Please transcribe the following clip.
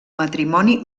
matrimoni